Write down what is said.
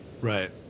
right